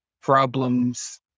problems